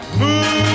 moon